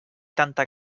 tanta